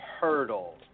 hurdle